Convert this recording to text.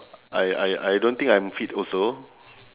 I I I don't think I'm fit also